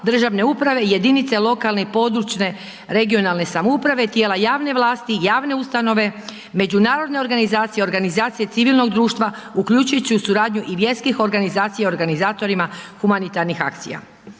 državne uprave i jedinice lokalne i područne regionalne samouprave, tijela javne vlasti, javne ustanove, međunarodne organizacije, organizacije civilnog društva uključujući u suradnju i vjerskih organizacija organizatorima humanitarnih akcija.